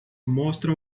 mostra